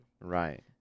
right